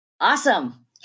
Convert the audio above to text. Awesome